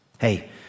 Hey